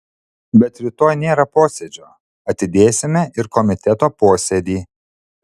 bet rytoj nėra posėdžio atidėsime ir komiteto posėdį